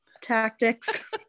tactics